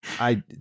I-